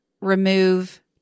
remove